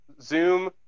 Zoom